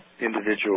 individual